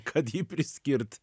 kad jį priskirt